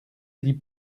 die